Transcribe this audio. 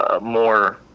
more